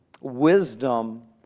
Wisdom